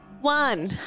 One